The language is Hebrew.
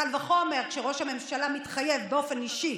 קל וחומר כשראש הממשלה מתחייב באופן אישי